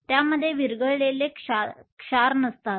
त्यामध्ये विरघळलेले क्षार नसतात